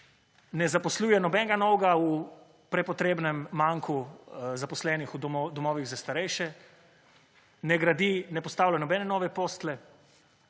ne zaposluje nobenega novega v prepotrebnem manku zaposlenih v domovih za starejše, ne gradi, ne postavlja nobene nove postelje,